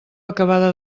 acabada